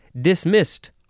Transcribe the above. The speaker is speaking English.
dismissed